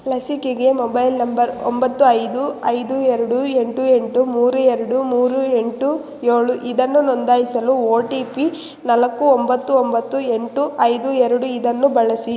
ಲಸಿಕೆಗೆ mobile number ಒಂಬತ್ತು ಐದು ಐದು ಎರಡು ಎಂಟು ಎಂಟು ಮೂರು ಎರಡು ಮೂರು ಎಂಟು ಏಳು ಇದನ್ನು ನೊಂದಾಯಿಸಲು ಒ ಟಿ ಪಿ ನಾಲ್ಕು ಒಂಬತ್ತು ಒಂಬತ್ತು ಎಂಟು ಐದು ಎರಡು ಇದನ್ನು ಬಳಸಿ